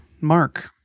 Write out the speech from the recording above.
mark